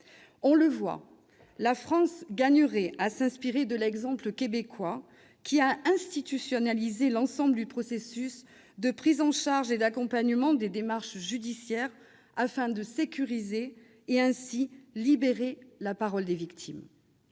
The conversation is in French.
On le voit, la France gagnerait à s'inspirer de l'exemple du Québec, lequel a institutionnalisé l'ensemble du processus de prise en charge et d'accompagnement des démarches judiciaires, afin de sécuriser les victimes